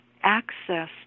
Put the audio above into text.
access